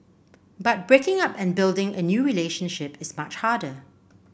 but breaking up and building a new relationship is much harder